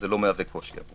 זה לא מהווה קושי.